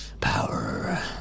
power